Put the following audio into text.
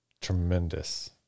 tremendous